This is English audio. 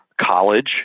college